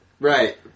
Right